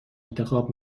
انتخاب